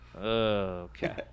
Okay